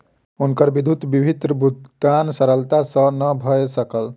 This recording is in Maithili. हुनकर विद्युत विपत्र भुगतान सरलता सॅ नै भ सकल